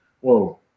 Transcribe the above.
whoa